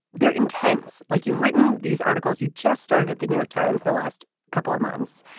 they're intense, like you've written these articles you just started at the new york times the last couple of months.